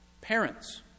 Parents